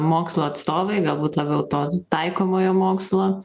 mokslo atstovai galbūt labiau to taikomojo mokslo